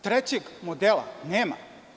Trećeg modela nema.